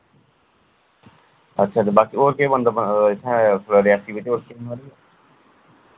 अच्छा ते बाकी और केह् बनदा इत्थै रियासी बिच और केह्